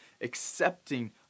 accepting